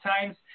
times